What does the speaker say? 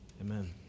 Amen